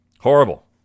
Horrible